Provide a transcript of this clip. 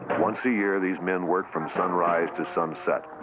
once a year, these men work from sunrise to sunset.